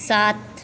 सात